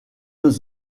deux